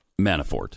Manafort